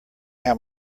how